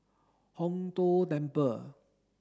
Hong Tho Temple